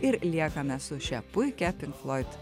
ir liekame su šia puikia pink floid